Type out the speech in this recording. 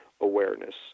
awareness